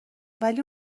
ولی